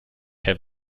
have